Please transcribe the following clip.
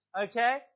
okay